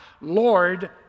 Lord